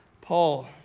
Paul